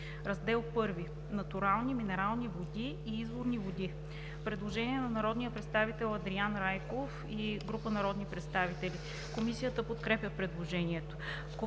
„Раздел І – Натурални минерални води и изворни води“. Предложение на народния представител Андриан Райков и група народни представители. Комисията подкрепя предложението.